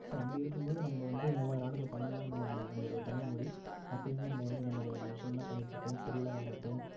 so அப்படி இருக்கும்போது நம்ம வந்து மூவாயிரம் ஆண்டுகளுக்கு பழமையான நம்ம ம நம்மளுடைய தமிழ்மொழி அப்போ இருந்து நம்ம வந்து இந்த மாதிரியான விஷயங்களெல்லாம் பண்ணிகிட்ருக்கோம் திருவிழாவாகட்டும்